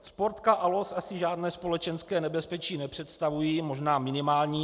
Sportka a los asi žádné společenské nebezpečí nepředstavují, možná minimální.